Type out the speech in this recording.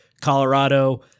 Colorado